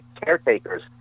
caretakers